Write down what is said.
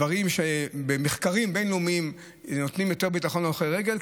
דברים שלפי מחקרים בין-לאומיים נותנים יותר ביטחון להולכי רגל.